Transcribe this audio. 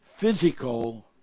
physical